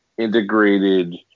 integrated